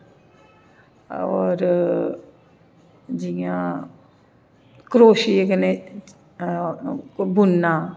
होर जि'यां क्रोशियै कन्नै कोई बुनना